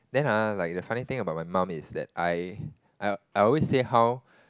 then !huh! like the funny about my mum is that I I I always say how